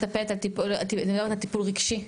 את מדברת על טיפול רגשי.